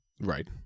right